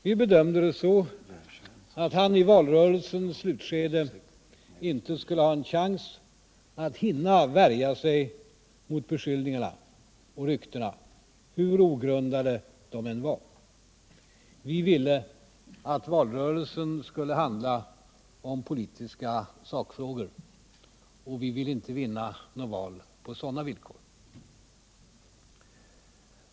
Vi bedömde det så att han i valrörelsens slutskede inte skulle ha en chans att hinna värja sig mot beskyllningarna och ryktena, hur ogrundade de än var. Vi ville inte vinna något val på sådana villkor, utan vi ville att valrörelsen skulle handla om politiska sakfrågor.